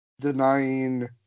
denying